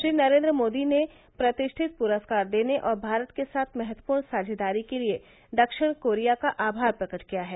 श्री नरेन्द्र मोदी ने प्रतिष्ठित पुरस्कार देने और भारत के साथ महत्वपूर्ण साझेदारी के लिए दक्षिण कोरिया का आभार प्रकट किया है